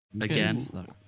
again